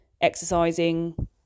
exercising